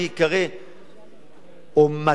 או מתי יאפשרו להביא חוק-יסוד או לא,